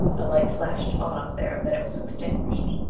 a light flashed on up there. then it was extinguished.